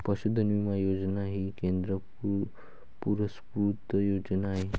पशुधन विमा योजना ही केंद्र पुरस्कृत योजना आहे